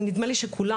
נדמה לי שכולם,